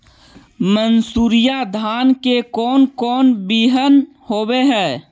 मनसूरी धान के कौन कौन बियाह होव हैं?